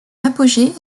apogée